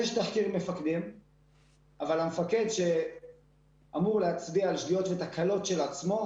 יש תחקיר מפקדים אבל המפקד שאמור להצביע על שגיאות ותקלות של עצמו,